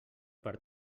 per